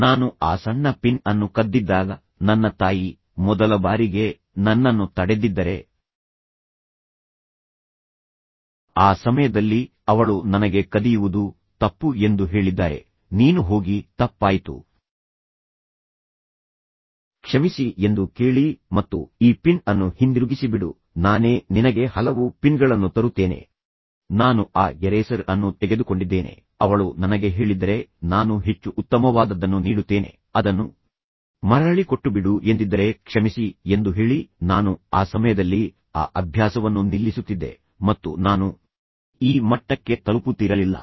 ನಾನು ಆ ಸಣ್ಣ ಪಿನ್ ಅನ್ನು ಕದ್ದಿದ್ದಾಗ ನನ್ನ ತಾಯಿ ಮೊದಲ ಬಾರಿಗೆ ನನ್ನನ್ನು ತಡೆದ್ದಿದ್ದರೆ ಆ ಸಮಯದಲ್ಲಿ ಅವಳು ನನಗೆ ಕದಿಯುವುದು ತಪ್ಪು ಎಂದು ಹೇಳಿದ್ದಾರೆ ನೀನು ಹೋಗಿ ತಪ್ಪಾಯಿತು ಕ್ಷಮಿಸಿ ಎಂದು ಕೇಳಿ ಮತ್ತು ಈ ಪಿನ್ ಅನ್ನು ಹಿಂದಿರುಗಿಸಿಬಿಡು ನಾನೇ ನಿನಗೆ ಹಲವು ಪಿನ್ಗಳನ್ನು ತರುತ್ತೇನೆ ನಾನು ಆ ಎರೇಸರ್ ಅನ್ನು ತೆಗೆದುಕೊಂಡಿದ್ದೇನೆ ಅವಳು ನನಗೆ ಹೇಳಿದ್ದರೆ ನಾನು ಹೆಚ್ಚು ಉತ್ತಮವಾದದ್ದನ್ನು ನೀಡುತ್ತೇನೆ ಅದನ್ನು ಮರಳಿ ಕೊಟ್ಟುಬಿಡು ಎಂದಿದ್ದಾರೆ ಕ್ಷಮಿಸಿ ಎಂದು ಹೇಳಿ ನಾನು ಆ ಸಮಯದಲ್ಲಿ ಆ ಅಭ್ಯಾಸವನ್ನು ನಿಲ್ಲಿಸುತ್ತಿದ್ದೆ ಮತ್ತು ನಾನು ಈ ಮಟ್ಟಕ್ಕೆ ತಲುಪುತ್ತಿರಲಿಲ್ಲ